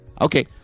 Okay